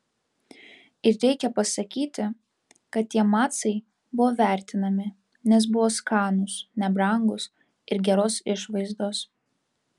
ir reikia pasakyti kad tie macai buvo vertinami nes buvo skanūs nebrangūs ir geros išvaizdos